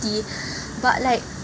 but like